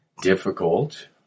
difficult